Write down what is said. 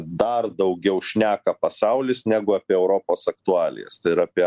dar daugiau šneka pasaulis negu apie europos aktualijas ir apie